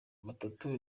batatu